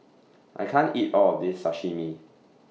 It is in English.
I can't eat All of This Sashimi